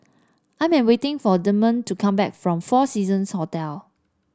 I'm waiting for Damian to come back from Four Seasons Hotel